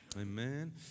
Amen